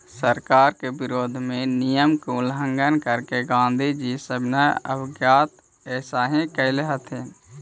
सरकार के विरोध में नियम के उल्लंघन करके गांधीजी सविनय अवज्ञा अइसही कैले हलथिन